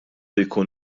jkun